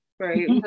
Right